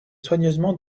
soigneusement